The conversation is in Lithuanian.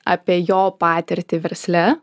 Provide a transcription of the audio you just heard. apie jo patirtį versle